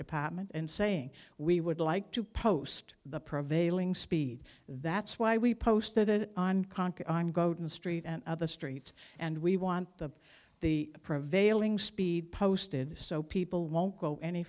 department and saying we would like to post the prevailing speed that's why we posted it on conch i'm go to the street and other streets and we want the the prevailing speed posted so people won't go any